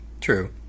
True